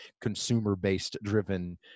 consumer-based-driven